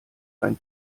ein